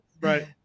Right